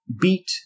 beat